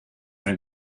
are